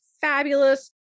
fabulous